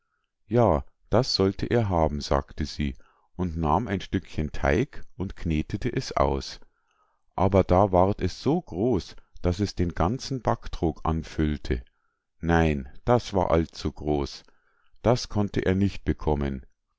ja das sollte er haben sagte sie und nahm ein stückchen teig und knetete es aus aber da ward es so groß daß es den ganzen backtrog anfüllte nein das war allzu groß das konnte er nicht bekommen